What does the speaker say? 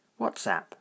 WhatsApp